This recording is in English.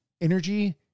energy